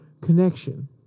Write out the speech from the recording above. connection